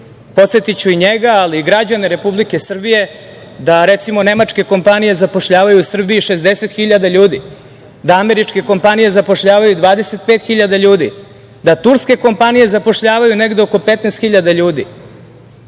Podsetiću i njega, ali i građane Republike Srbije da nemačke kompanije zapošljavaju u Srbiji 60.000 ljudi, da američke kompanije zapošljavaju 25.000 ljudi, da turske kompanije zapošljavaju negde oko 15.000 ljudi.